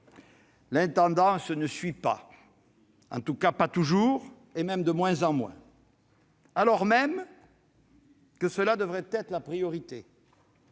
l'intendance ne suit pas, en tout cas pas toujours, et même de moins en moins, alors même que cela devrait être la priorité.